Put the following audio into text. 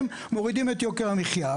מורידים את יוקר המחייה.